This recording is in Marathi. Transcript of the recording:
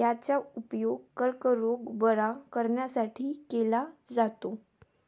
याचा उपयोग कर्करोग बरा करण्यासाठी केला जातो